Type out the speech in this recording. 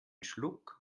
schluck